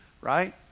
right